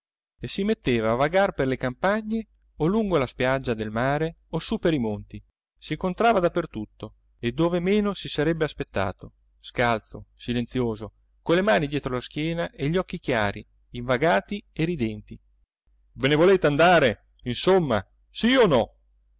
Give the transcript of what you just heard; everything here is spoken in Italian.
e si metteva a vagar per le campagne o lungo la spiaggia del mare o su per i monti s'incontrava da per tutto e dove meno si sarebbe aspettato scalzo silenzioso con le mani dietro la schiena e gli occhi chiari invagati e ridenti ve ne volete andare insomma sì o no